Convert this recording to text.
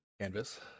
canvas